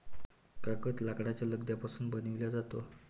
कागद लाकडाच्या लगद्यापासून बनविला जातो